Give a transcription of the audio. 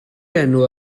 enw